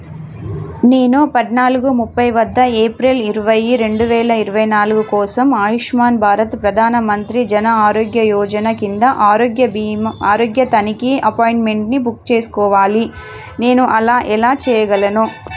నేను పద్నాలుగు ముప్ఫై వద్ద ఏప్రిల్ ఇరవై రెండు వేల ఇరవై నాలుగు కోసం ఆయుష్మాన్ భారత్ ప్రధాన మంత్రి జన ఆరోగ్య యోజన కింద ఆరోగ్య భీమా ఆరోగ్య తనిఖీ అపాయింట్మెంట్ని బుక్ చేసుకోవాలి నేను అలా ఎలా చేయగలను